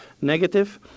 negative